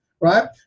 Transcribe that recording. Right